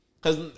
Cause